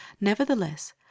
Nevertheless